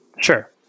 Sure